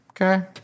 Okay